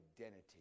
identity